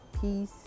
peace